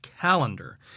calendar